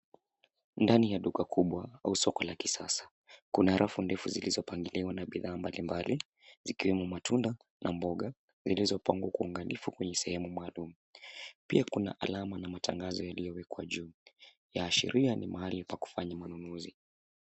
Ndani ya duka kubwa au soko la kisasa kuna rafu ndefu zilizopangiliwa na bidhaa mbalimbali zikiwemo matunda na mboga zilizopangwa kwa uangalifu kwenye sehemu maalum, pia kuna alama na matangazo yaliyowekwa juu yaashiria ni mahali pa kufanya manunuzi.